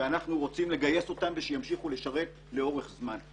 ואנחנו רוצים שימשיכו לשרת לאורך זמן,